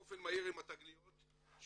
באופן מהיר עם התגליות של